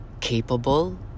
capable